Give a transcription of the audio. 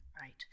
Right